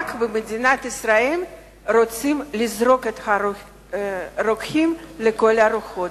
רק במדינת ישראל רוצים לזרוק את הרוקחים לכל הרוחות.